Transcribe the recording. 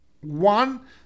one